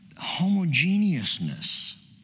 homogeneousness